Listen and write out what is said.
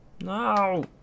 No